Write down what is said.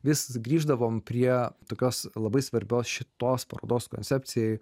vis grįždavome prie tokios labai svarbios šitos parodos koncepcijai